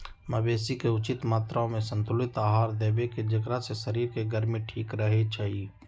मवेशी के उचित मत्रामें संतुलित आहार देबेकेँ जेकरा से शरीर के गर्मी ठीक रहै छइ